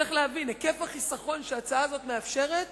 צריך להבין, היקף החיסכון שההצעה הזאת מאפשרת